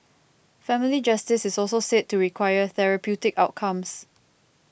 family justice is also said to require therapeutic outcomes